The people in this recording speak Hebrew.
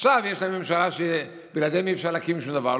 עכשיו יש להם ממשלה שבלעדיהם אי-אפשר להקים שום דבר,